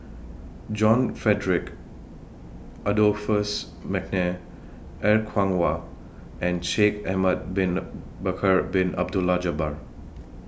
John Frederick Adolphus Mcnair Er Kwong Wah and Shaikh Ahmad Bin Bakar Bin Abdullah Jabbar